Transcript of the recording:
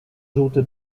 żółty